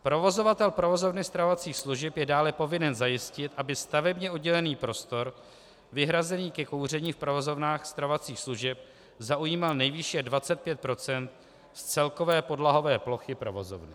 Provozovatel provozovny stravovacích služeb je dále povinen zajistit, aby stavebně oddělený prostor vyhrazený ke kouření v provozovnách stravovacích služeb zaujímal nejvýše 25 % z celkové podlahové plochy provozovny.